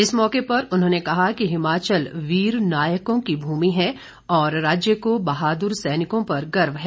इस मौके पर उन्होंने कहा कि हिमाचल वीर नायकों की भूमि है और राज्य को बहादुर सैनिकों पर गर्व है